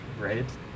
Right